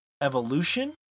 evolution